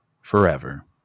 forever